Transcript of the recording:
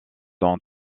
dont